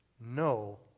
no